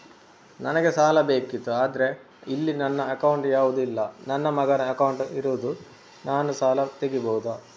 ನನಗೆ ಸಾಲ ಬೇಕಿತ್ತು ಆದ್ರೆ ಇಲ್ಲಿ ನನ್ನ ಅಕೌಂಟ್ ಯಾವುದು ಇಲ್ಲ, ನನ್ನ ಮಗನ ಅಕೌಂಟ್ ಇರುದು, ನಾನು ಸಾಲ ತೆಗಿಬಹುದಾ?